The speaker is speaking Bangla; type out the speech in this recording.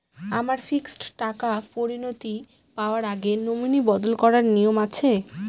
আমার ফিক্সড টাকা পরিনতি পাওয়ার আগে নমিনি বদল করার নিয়ম আছে?